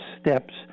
steps